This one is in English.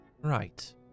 Right